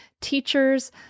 teachers